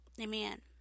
Amen